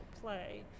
play